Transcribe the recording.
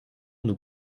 nous